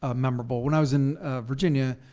ah memorable. when i was in virginia,